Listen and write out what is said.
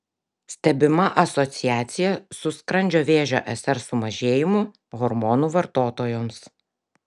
stebima asociacija su skrandžio vėžio sr sumažėjimu hormonų vartotojoms